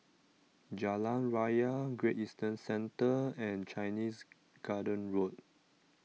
Jalan Raya Great Eastern Centre and Chinese Garden Road